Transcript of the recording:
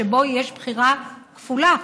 שבו יש בחירה כפולה: